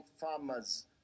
farmers